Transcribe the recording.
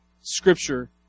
scripture